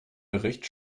bericht